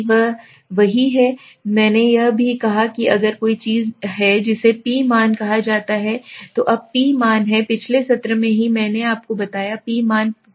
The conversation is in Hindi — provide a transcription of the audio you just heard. यह वही हैमैंने यह भी कहा कि अगर कोई चीज है जिसे P मान कहा जाता है तो अब P मान है पिछले सत्र में ही मैंने आपको बताया P मान प्रायिकता मान है